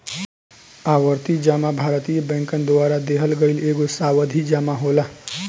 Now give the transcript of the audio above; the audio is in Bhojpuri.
आवर्ती जमा भारतीय बैंकन द्वारा देहल गईल एगो सावधि जमा होला